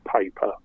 paper